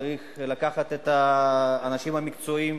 צריך לקחת את האנשים המקצועיים,